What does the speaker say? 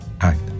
act